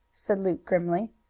said luke grimly.